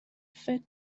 فکر